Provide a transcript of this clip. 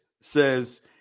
says